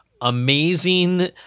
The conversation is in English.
amazing